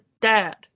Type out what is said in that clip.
dad